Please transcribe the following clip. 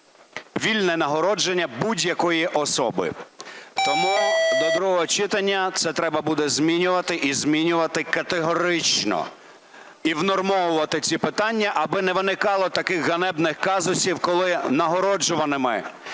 вільне нагородження будь-якої особи. Тому до другого читання це треба буде змінювати, і змінювати категорично, і внормовувати ці питання, аби не виникало таких ганебних казусів, коли нагороджуваними